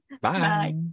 Bye